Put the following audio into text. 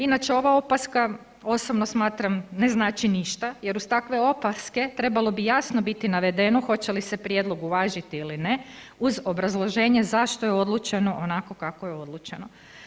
Inače ova opaska osobno smatram ne znači ništa jer uz takve opaske trebalo bi jasno biti navedeno hoće li se prijedlog uvažiti ili ne uz obrazloženje zašto je odlučeno onako kako je odlučeno.